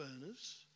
burners